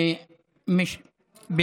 על מה אתה מדבר?